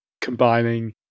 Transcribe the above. combining